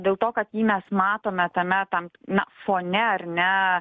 dėl to kad jį mes matome tame tam na fone ar ne